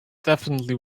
definitely